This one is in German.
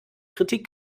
kritik